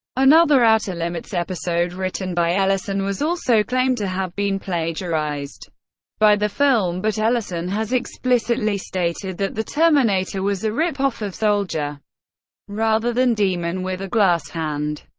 another outer limits episode written by ellison, was also claimed to have been plagiarized by the film, but ellison has explicitly stated that the terminator was a ripoff of soldier rather than demon with a glass hand.